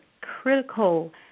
critical